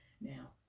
Now